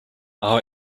our